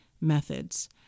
methods